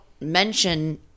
mention